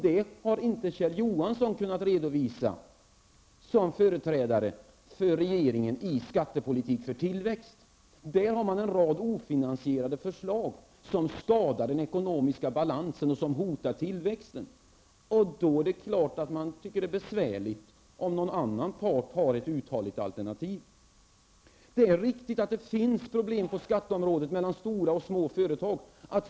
Det har inte Kjell Johansson kunnat redovisa som företrädare för regeringen i skattepolitik för tillväxt. Där har man en rad ofinansierade förslag, som skadar den ekonomiska balansen och hotar tillväxten. Då tycker man naturligtvis att det är besvärligt om någon annan part har ett uthålligt alternativ. Det är riktigt att det finns problem på skatteområdet mellan stora och små företag.